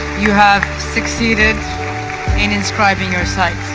you have succeeded in inscribing your site